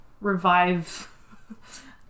Revive